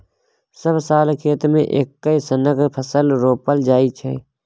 सब साल खेत मे एक्के सनक फसल रोपल जाइ छै